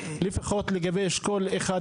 לפחות לגבי אשכול 1,